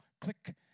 Click